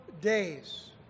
days